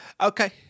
Okay